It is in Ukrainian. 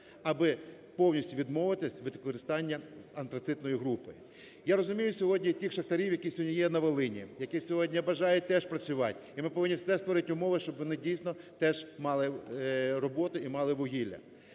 аби повністю відмовитись від використання антрацитної групи. Я розумію сьогодні тих шахтарів, які сьогодні є на Волині, які сьогодні бажають теж працювати. І ми повинні всі створити умови, щоб вони, дійсно, теж мали роботу і мали вугілля.